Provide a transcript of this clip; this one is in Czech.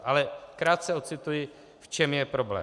Ale krátce ocituji, v čem je problém.